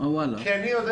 כי אני יודע